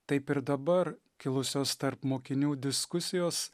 taip ir dabar kilusios tarp mokinių diskusijos